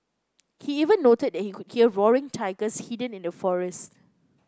he even noted that he could hear roaring tigers hidden in the forest